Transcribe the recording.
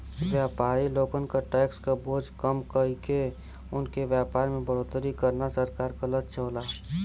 व्यापारी लोगन क टैक्स क बोझ कम कइके उनके व्यापार में बढ़ोतरी करना सरकार क लक्ष्य होला